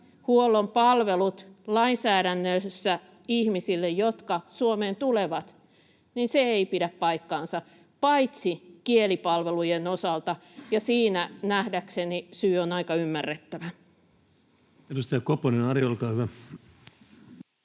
Rantasen välihuuto] lainsäädännössä ihmisille, jotka Suomeen tulevat, ei pidä paikkaansa, paitsi kielipalvelujen osalta, ja siinä nähdäkseni syy on aika ymmärrettävä. [Speech 115] Speaker: